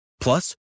Plus